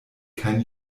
kein